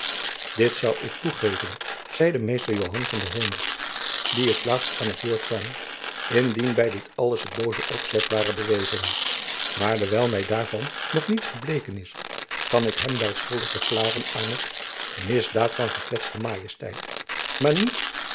dit zoû ik u toegeven zeide mr joan van den honert die t laatst aan t woord kwam indien by dit alles het boze opzet ware bewezen maar dewijl my daarvan nog niets gebleken is kan ik hem wel schuldig verklaren aan het crimen laesae majestatis maar niet